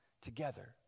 together